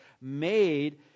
made